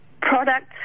Product